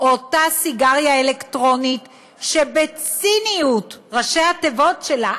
אותה סיגריה אלקטרונית שבציניות ראשי התיבות שלה,